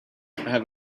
have